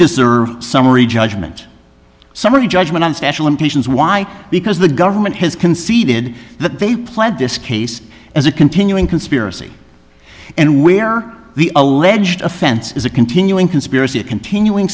deserve summary judgment summary judgment on special impatiens why because the government has conceded that they pled this case as a continuing conspiracy and where the alleged offense is a continuing conspiracy a continuing